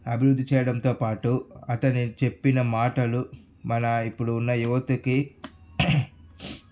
అభివృద్ధి చేయడంతో పాటు అతని చెప్పిన మాటలు మన ఇప్పుడు ఉన్న యువతకి